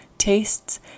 tastes